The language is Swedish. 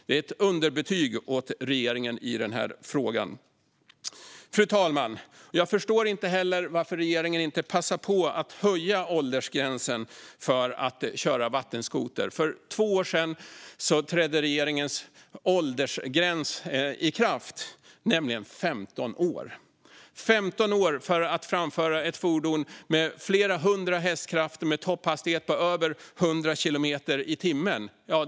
Det blir ett underbetyg för regeringen i denna fråga. Fru talman! Jag förstår inte heller varför regeringen inte passar på att höja åldersgränsen för att köra vattenskoter. För två år sedan trädde regeringens åldersgräns, 15 år, i kraft. Man ska vara 15 år för att framföra ett fordon med flera hundra hästkrafter och med en topphastighet på över 100 kilometer i timmen.